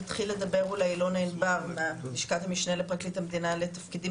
תתחיל לדבר אולי אלונה ענבר מלשכת המשנה לפרקליט המדינה לתפקידים